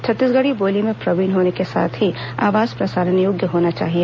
छत्तीसगढ़ी बोली में प्रवीण होने के साथ ही आवाज प्रसारण योग्य होना चाहिए